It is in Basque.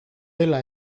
dela